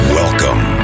welcome